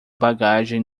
bagagem